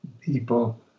people